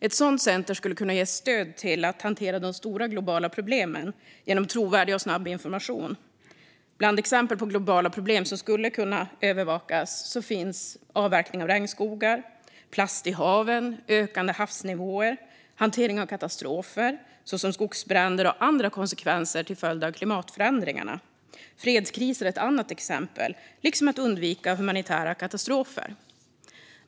Ett sådant center skulle ge stöd till att hantera de stora globala problemen genom trovärdig och snabb information. Bland exemplen på globala problem som skulle kunna övervakas finns avverkning av regnskogar, plast i haven, ökande havsnivåer och hantering av katastrofer såsom skogsbränder och andra konsekvenser till följd av klimatförändringarna. Fredskriser är ett annat exempel liksom att undvika humanitära katastrofer.